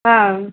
ஆ